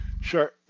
Sure